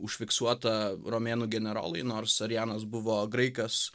užfiksuota romėnų generolai nors arianas buvo graikas